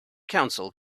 council